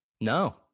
No